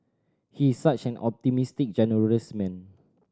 he is such an optimistic generous man